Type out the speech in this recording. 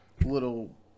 little